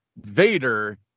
Vader